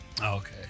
Okay